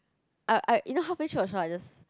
I I you know halfway through the show I just